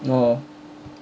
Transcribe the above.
oh